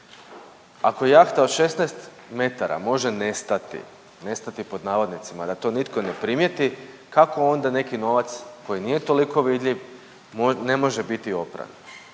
ako jahta od 16 metara može nestati, nestati pod navodnicima, da to nitko ne primijeti kako onda neki novac koji nije toliko vidljiv ne može biti opran?